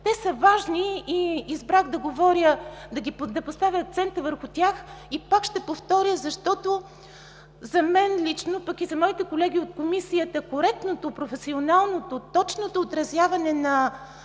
Те са важни и избрах да говоря и поставя акцента върху тях, и пак ще повторя, защото за мен лично, пък и за моите колеги от Комисията, коректното, професионалното, точното отразяване на